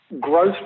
growth